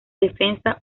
defensa